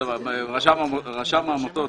רשם העמותות,